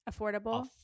affordable